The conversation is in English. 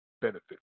benefits